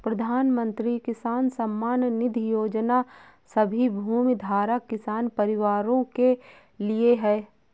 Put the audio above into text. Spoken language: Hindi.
प्रधानमंत्री किसान सम्मान निधि योजना सभी भूमिधारक किसान परिवारों के लिए है